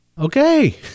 Okay